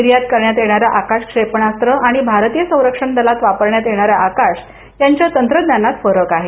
निर्यात करण्यात येणार आकाश क्षेपणास्त्र आणि भारतीय संरक्षण दलात वापरण्यात येणारं आकाश याच्या तंत्रज्ञानात फरक आहे